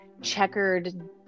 checkered